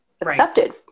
accepted